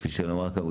וכפי שנאמר כאן,